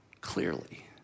clearly